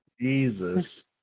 Jesus